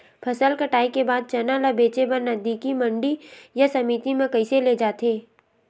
फसल कटाई के बाद चना ला बेचे बर नजदीकी मंडी या समिति मा कइसे ले जाथे?